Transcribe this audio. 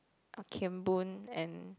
oh Kian-Boon and